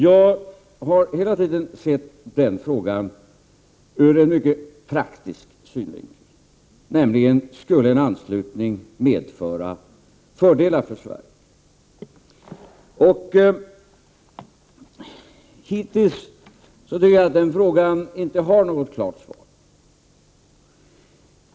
Jag har hela tiden sett den frågan ur en mycket praktisk synvinkel: Skulle en anslutning medföra fördelar för Sverige? Hittills tycker jag att den frågan inte har fått något klart svar.